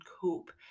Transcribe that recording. cope